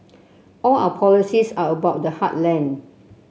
all our policies are about the heartland